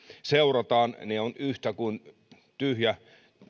seurataan ovat yhtä kuin tyhjä